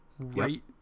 Right